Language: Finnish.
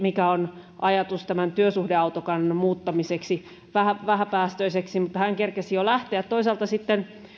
mikä on ajatus työsuhdeautokannan muuttamiseksi vähäpäästöiseksi mutta hän kerkesi jo lähteä toisaalta